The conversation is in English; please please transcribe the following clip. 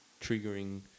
triggering